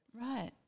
Right